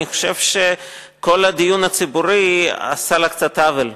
אני חושב שכל הדיון הציבורי עשה לה קצת עוול,